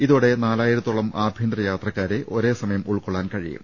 ഇതോടെ നാലായിരത്തോളം ആഭ്യന്തര യാത്രക്കാരെ ഒരേസമയം ഉൾക്കൊള്ളാൻ കഴിയും